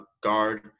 guard